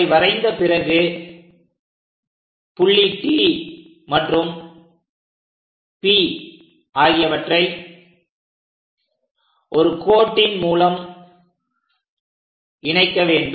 அதை வரைந்த பிறகு புள்ளி T மற்றும் P ஆகியவற்றை ஒரு கோட்டின் மூலம் இணைக்க வேண்டும்